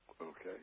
Okay